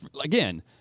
again